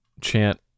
chant